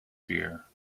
fear